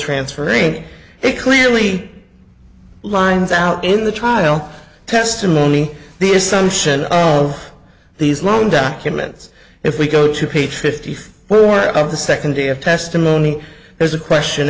transferrin it clearly lines out in the trial testimony the assumption of these loan documents if we go to page fifty four of the second day of testimony there's a question